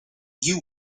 you